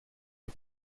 the